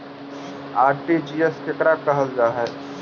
RTGS केकरा कहल जा है?